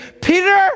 Peter